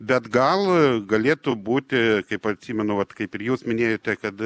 bet gal galėtų būti kaip atsimenu vat kaip ir jūs minėjote kad